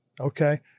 okay